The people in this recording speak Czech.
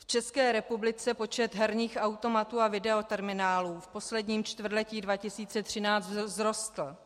V České republice počet herních automatů a videoterminálů v posledním čtvrtletí 2013 vzrostl.